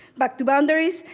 back to boundaries.